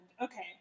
Okay